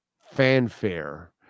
fanfare